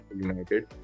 United